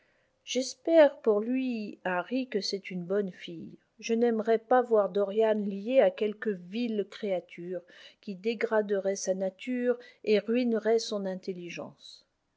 j'espère pour lui harry que c'est une bonne fille je n'aimerais pas voir dorian lié à quelque vile créature qui dégraderait sa nature et ruinerait son intelligence